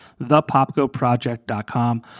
thepopgoproject.com